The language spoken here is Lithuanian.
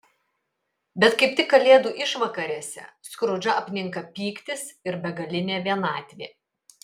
bet kaip tik kalėdų išvakarėse skrudžą apninka pyktis ir begalinė vienatvė